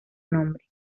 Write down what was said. nombre